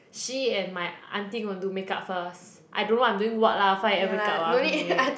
she and my aunty going to do makeup first I don't know I'm doing what lah five am wake up ah